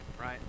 right